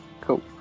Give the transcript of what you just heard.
Cool